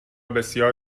بسیار